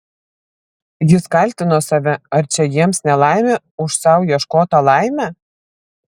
jis kaltino save ar čia jiems nelaimė už sau ieškotą laimę